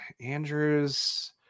Andrews